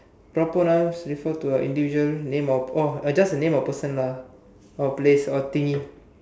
proper nouns refer to a individual name or orh just a name of a person lah or place or thingy